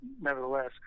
nevertheless